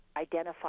identify